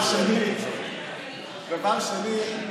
דבר שני,